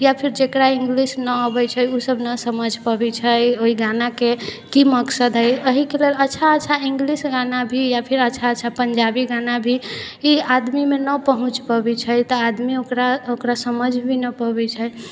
या फिर जेकरा इङ्गलिश नहि आबै छै उ सभ नहि समझि पबै छै ओहि गानाके कि मकसद है एहिके लेल अच्छा अच्छा इङ्गलिश गाना भी या फिर अच्छा अच्छा पञ्जाबी गाना भी ई आदमीमे नहि पहुँच पबै छै तऽ आदमी ओकरा ओकरा समझि भी नहि पबै छै